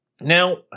now